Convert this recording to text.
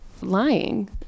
lying